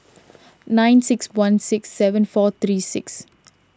nine six one six seven four three six